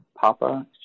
Papa